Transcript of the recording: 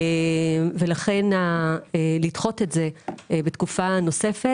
לכן לדחות את זה לתקופה נוספת,